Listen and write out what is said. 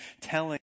telling